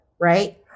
right